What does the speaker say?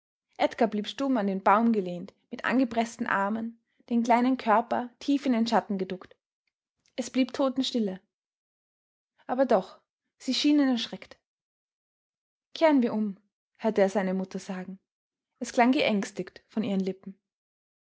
edgar blieb stumm an den baum gelehnt mit angepreßten armen den kleinen körper tief in den schatten geduckt es blieb totenstille aber doch sie schienen erschreckt kehren wir um hörte er seine mutter sagen es klang geängstigt von ihren lippen